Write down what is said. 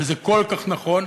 וזה כל כך נכון,